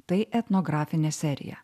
tai etnografinė serija